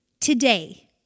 today